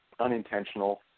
unintentional